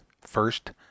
first